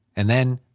and then,